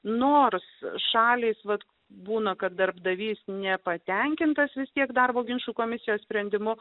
nors šalys vat būna kad darbdavys nepatenkintas vis tiek darbo ginčų komisijos sprendimo